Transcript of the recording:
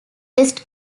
rest